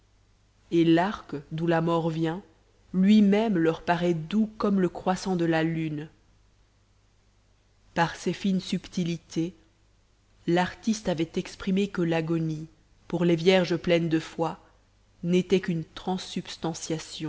et l'arc d'où la mort vient lui-même leur paraît doux comme le croissant de la lune par ces fines subtilités l'artiste avait exprimé que l'agonie pour les vierges pleines de foi n'était qu'une